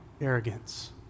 arrogance